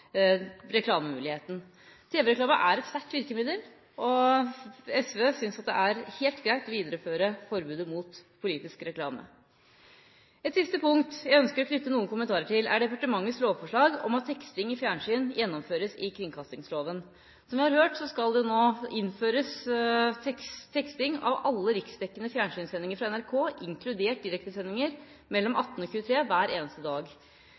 reklamemuligheten. Tv-reklame er et sterkt virkemiddel, og SV synes det er helt greit å videreføre forbudet mot politisk reklame. Et siste punkt jeg ønsker å knytte noen kommentarer til, er departementets lovforslag om at teksting i fjernsyn gjennomføres i kringkastingsloven. Som vi har hørt, skal det nå innføres teksting av alle riksdekkende fjernsynssendinger fra NRK mellom kl. 18 og kl. 23 hver eneste dag,